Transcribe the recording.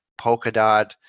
Polkadot